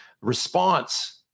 response